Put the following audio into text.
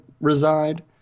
reside